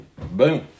boom